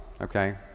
okay